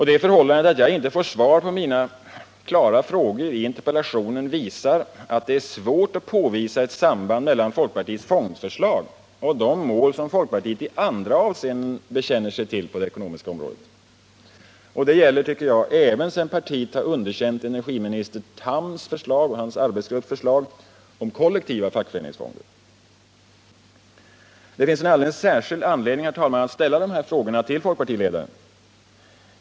Det förhållandet att jag inte får svar på mina klara frågor i interpellationen visar att det är svårt att påvisa ett samband mellan folkpartiets fondförslag och de mål som folkpartiet i andra avseenden bekänner sig till på det ekonomiska området. Det gäller, tycker jag, även sedan partiet har underkänt energiministern Thams och hans arbetsgrupps förslag om kollektiva fackföreningsfonder. Det finns en alldeles särskild anledning, herr talman, att ställa de här frågorna till folkpartiledaren.